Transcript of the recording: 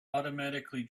automatically